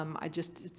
um i just,